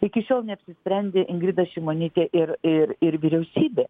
iki šiol neapsisprendė ingrida šimonytė ir ir ir vyriausybė